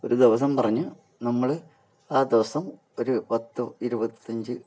ഒരു ദിവസം പറഞ്ഞ് നമ്മൾ ആ ദിവസം ഒരു പത്ത് ഇരുപത്തഞ്ച്